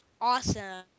awesome